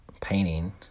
painting